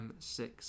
M6